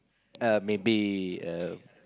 err maybe um